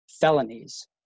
felonies